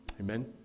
Amen